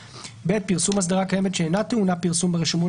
(ב) פרסום אסדרה קיימת שאינה טעונה פרסום ברשומות,